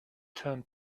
turned